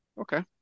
okay